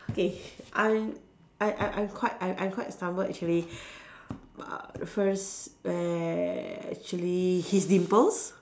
okay I'm I I I quite I I quite stumbled actually uh the first actually his dimples